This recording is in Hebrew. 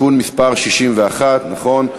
תיקון מס' 61, נכון.